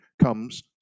comes